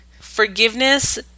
forgiveness